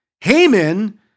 Haman